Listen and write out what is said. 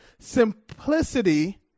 simplicity